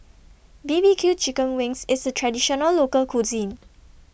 B B Q Chicken Wings IS A Traditional Local Cuisine